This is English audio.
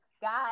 guys